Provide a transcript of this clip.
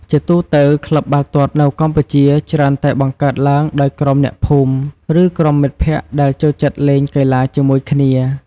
ជាទូទៅ ក្លឹបបាល់ទាត់នៅកម្ពុជា ច្រើនតែបង្កើតឡើងដោយក្រុមអ្នកភូមិ ឬក្រុមមិត្តភក្តិដែលចូលចិត្តលេងកីឡាជាមួយគ្នា។